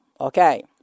Okay